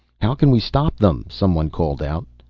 how can we stop them? someone called out.